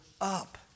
up